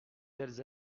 telles